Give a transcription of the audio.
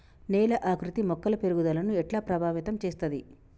నేల ఆకృతి మొక్కల పెరుగుదలను ఎట్లా ప్రభావితం చేస్తది?